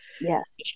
Yes